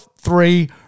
three